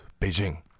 Beijing